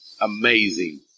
amazing